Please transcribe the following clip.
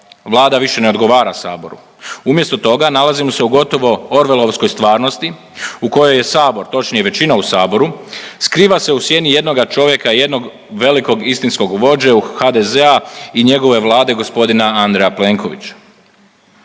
Vlada više ne odgovara Saboru. Umjesto toga nalazimo se u gotovo orvelovskoj stvarnosti u kojoj je Sabor, točnije većina u Saboru skriva se u sjeni jednoga čovjeka, jednog velikog istinskog vođe HDZ-a i njegove Vlade gospodina Andreja Plenkovića.